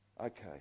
Okay